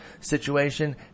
situation